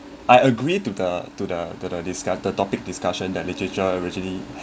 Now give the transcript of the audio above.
I agree to the to the to the discuss~ the topic discussion that literature originally